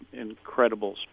incredible